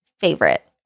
favorite